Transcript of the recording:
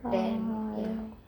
oh